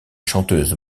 chanteuse